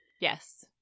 Yes